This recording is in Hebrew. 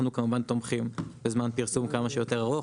אנחנו תומכים בזמן פרסום כמה שיותר ארוך.